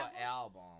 album